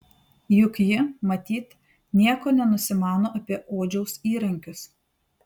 juk ji matyt nieko nenusimano apie odžiaus įrankius